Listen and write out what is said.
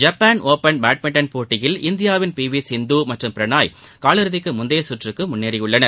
Japan open badminton போட்டியில் இந்தியாவின் P V Sindhu மற்றும் பிரனாய் காலிறதிக்கு முந்தைய சுற்றுக்கு முன்னேறியுள்ளனர்